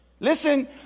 Listen